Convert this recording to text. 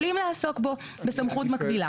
יכולים לעסוק בו בסמכות מקבילה.